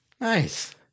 Nice